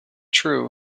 true